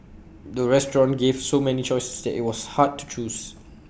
the restaurant gave so many choices that IT was hard to choose